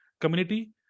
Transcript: community